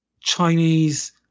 Chinese